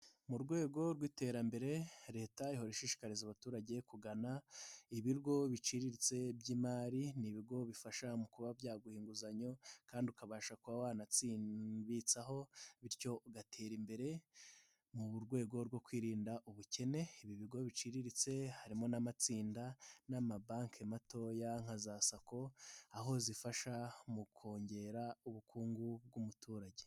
Mu rwego rw'iterambere Leta ihora ishishikariza abaturage kugana ibigo biciriritse by'imari. Ni ibigo bifasha mu kuba byaguha inguzanyo kandi ukabasha kuba wanabitsaho bityo ugatera imbere. Mu rwego rwo kwirinda ubukene, ibi bigo biciriritse harimo n'amatsinda n'amabanki matoya nka za SACCO, aho zifasha mu kongera ubukungu bw'umuturage.